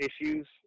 issues